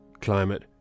climate